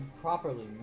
properly